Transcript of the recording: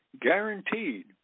Guaranteed